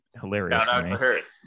hilarious